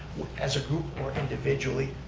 as a group or individually,